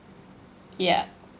ya